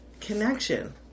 Connection